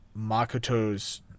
Makoto's